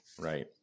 Right